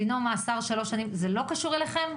דינו מאסר של שלוש שנים זה לא קשור אליכם?